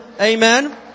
Amen